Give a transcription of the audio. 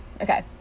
Okay